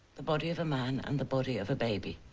the body of a man and the body of a baby.